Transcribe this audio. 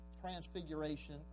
transfiguration